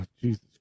Jesus